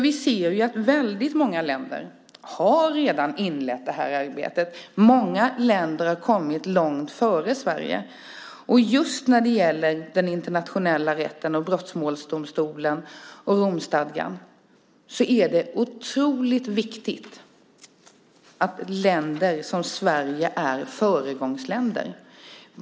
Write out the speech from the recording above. Vi ser alltså att väldigt många länder redan har inlett detta arbete. Många länder har kommit mycket längre än Sverige. Just när det gäller den internationella rätten, brottmålsdomstolen och Romstadgan är det otroligt viktigt att länder som Sverige är föregångsländer.